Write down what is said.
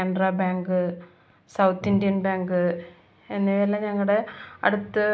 അപ്പോൾ ഞാൻ എപ്പോഴും പറയുന്നത് ഡിയോഡ്രൻ്റ് കൊണ്ടു വരാനാണ് എനിക്ക് നല്ല വിയർപ്പ് നാറ്റം ഉള്ള ഒരു ആളാണ്